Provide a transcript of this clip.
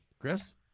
Chris